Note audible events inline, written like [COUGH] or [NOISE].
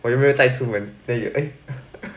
我有没有带出门 then you eh [LAUGHS]